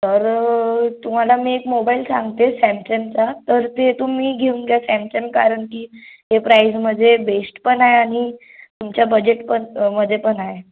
तर तुम्हाला मी एक मोबाईल सांगते सॅमसंगचा तर ते तुम्ही घेऊन घ्या सॅमसंग कारण की ते प्राईसमध्ये बेस्ट पण आहे आणि तुमच्या बजेट पण मध्येपण आहे